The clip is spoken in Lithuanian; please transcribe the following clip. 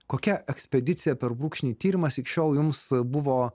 kokia ekspedicija per brūkšnį tyrimas iki šiol jums buvo